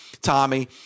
Tommy